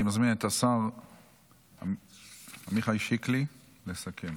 אני מזמין את השר עמיחי שיקלי לסכם.